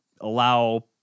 allow